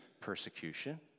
persecution